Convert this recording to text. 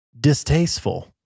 distasteful